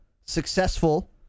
successful